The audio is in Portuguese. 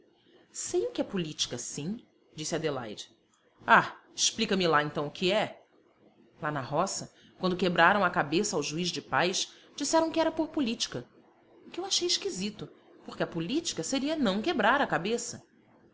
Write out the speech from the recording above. que é política sim disse adelaide ah explica me lá então o que é lá na roça quando quebraram a cabeça ao juiz de paz disseram que era por política o que eu achei esquisito porque a política seria não quebrar a cabeça